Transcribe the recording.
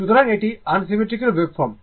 সুতরাং এটি unsymmetrical waveform